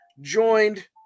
joined